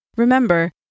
Remember